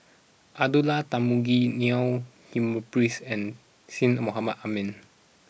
Abdullah Tarmugi Neil Humphreys and Syed Mohamed Ahmed